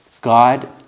God